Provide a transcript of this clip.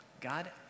God